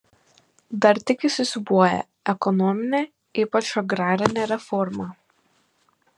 dar tik įsisiūbuoja ekonominė ypač agrarinė reforma